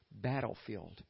battlefield